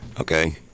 Okay